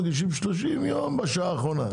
מגישים ב-30 יום בשעה האחרונה,